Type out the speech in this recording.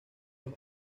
los